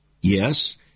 Yes